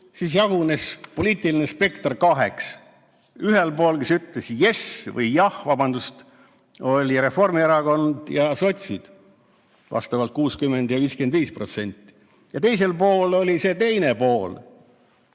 jagunes poliitiline spekter kaheks. Ühel pool, kes ütlesid "yes" või "jah", vabandust, olid Reformierakond ja sotsid, vastavalt 60% ja 55%, ja teisel pool oli see teine pool.